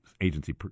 agency